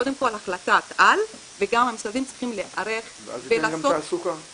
קודם כל החלטת על וגם המשרדים צריכים להיערך ולעשות